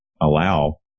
allow